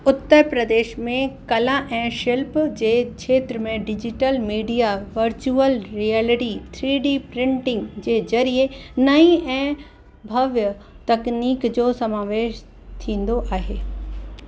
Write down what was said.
उतर प्रदेश में कला ऐं शिल्प जे खेत्र में digital media virtual reality three D printing जे जंरिये नईं ऐं भव्य तक्निक जो समावेश थींदो आहे